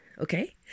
okay